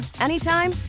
anytime